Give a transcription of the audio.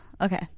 Okay